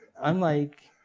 i'm like,